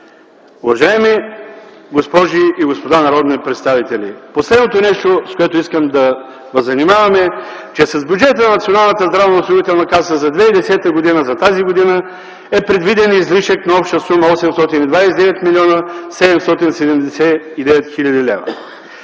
Уважаеми госпожи и господа народни представители! Последното нещо, с което искам да ви занимавам е, че с бюджета на Националната здравноосигурителна каса за 2010 г., за тази година, е предвиден излишък на обща сума 829 млн. 779 хил. лв.